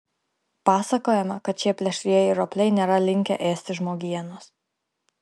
pasakojama kad šie plėšrieji ropliai nėra linkę ėsti žmogienos